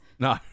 No